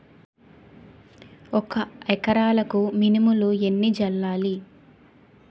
ఒక ఎకరాలకు మినువులు ఎన్ని చల్లాలి?